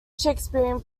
shakespearean